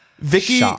Vicky